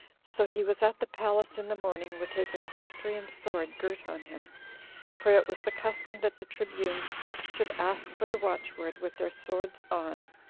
so he was at the palace in the morning, with his equestrian sword girt on him for it was the custom that the tribunes should ask for the watchword with their swords on,